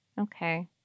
Okay